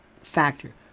factor